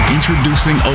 Introducing